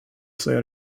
ser